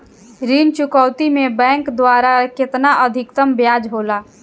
ऋण चुकौती में बैंक द्वारा केतना अधीक्तम ब्याज होला?